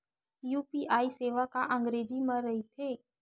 UPI सेवा का अंग्रेजी मा रहीथे?